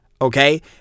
Okay